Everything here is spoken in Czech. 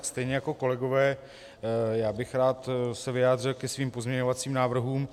Stejně jako kolegové bych rád se vyjádřil ke svým pozměňovacím návrhům.